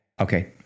okay